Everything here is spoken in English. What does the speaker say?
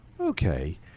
Okay